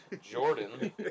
Jordan